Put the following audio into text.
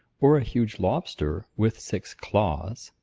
or a huge lobster with six claws?